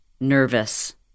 nervous